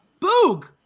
Boog